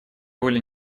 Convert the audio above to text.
воля